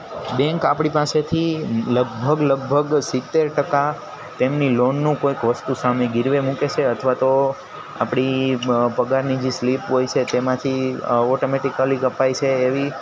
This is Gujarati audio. બેન્ક આપણી પાસેથી લગભગ લગભગ સિત્તેર ટકા તેમની લોનનું કોઈક વસ્તુ સામે ગીરવે મૂકે છે અથવા તો આપણી પગારની જી સ્લીપ હોય છે તેમાંથી ઓટોમેટિકલી કપાય છે એવી